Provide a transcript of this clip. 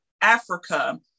Africa